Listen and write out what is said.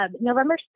November